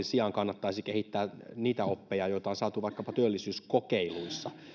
sijaan kannattaisi esimerkiksi kehittää niitä oppeja joita on saatu vaikkapa työllisyyskokeiluissa